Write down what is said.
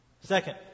Second